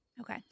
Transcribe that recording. Okay